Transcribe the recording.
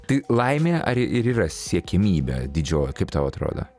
tai laimė ar ir yra siekiamybė didžioji kaip tau atrodo